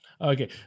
Okay